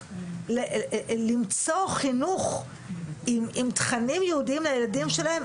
למצוא חינוך עם תכנים יהודיים לילדים שלהן,